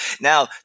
Now